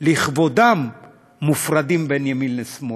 לכבודם מופרדים בין ימין לשמאל,